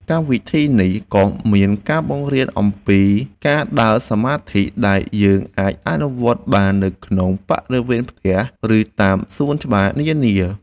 កម្មវិធីនេះក៏មានការបង្រៀនអំពីការដើរសមាធិដែលយើងអាចអនុវត្តបាននៅក្នុងបរិវេណផ្ទះ ឬ តាមសួនច្បារនានា។